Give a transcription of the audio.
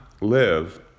live